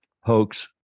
hoax